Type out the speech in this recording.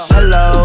Hello